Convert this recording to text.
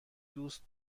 دوست